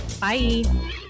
Bye